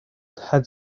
had